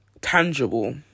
tangible